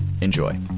Enjoy